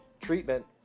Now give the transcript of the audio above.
treatment